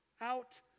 out